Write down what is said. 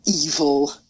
evil